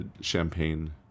champagne